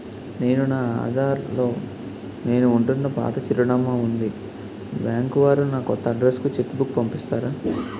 నా ఆధార్ లో నేను ఉంటున్న పాత చిరునామా వుంది బ్యాంకు వారు నా కొత్త అడ్రెస్ కు చెక్ బుక్ పంపిస్తారా?